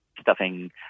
stuffing